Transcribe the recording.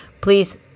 please